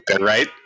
right